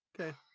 Okay